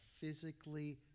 physically